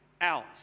else